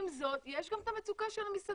עם זאת יש גם את המצוקה של המסעדנים,